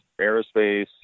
aerospace